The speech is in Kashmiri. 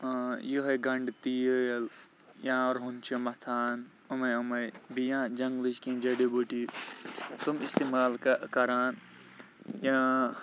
یہَے گَنٛڈٕ تیٖل یا رُہُن چھِ مَتھان یِمے یِمے بیٚیہِ یا جَنگلٕچ کیٚنٛہہ جٔڈی بوٗٹی تِم اِستِعمال ک کَران یا